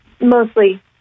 mostly